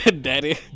Daddy